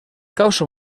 causa